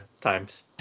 times